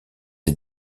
est